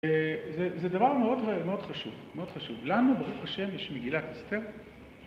זה דבר מאוד חשוב, מאוד חשוב, לנו ברוך השם יש מגילת אסתר